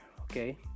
Okay